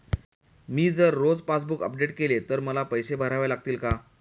मी जर रोज passbook update केले तर मला पैसे भरावे लागतील का?